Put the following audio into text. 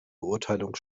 beurteilung